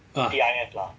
ah